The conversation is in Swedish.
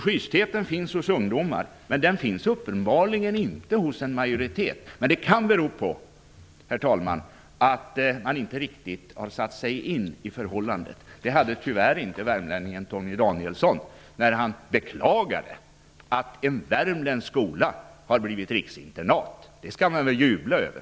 Schystheten finns hos ungdomar, men den finns uppenbarligen inte hos majoriteten här. Det kan bero på, herr talman, att man inte riktigt har satt sig in i förhållandena. Det hade tyvärr inte värmlänningen Torgny Danielsson gjort när han beklagade att en värmländsk skola har blivit riksinternat. Det skall man väl jubla över!